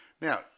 now